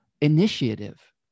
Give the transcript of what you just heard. initiative